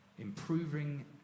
Improving